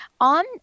on